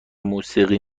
موسیقی